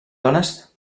dones